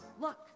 Look